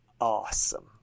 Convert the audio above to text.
awesome